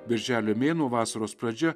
birželio mėnuo vasaros pradžia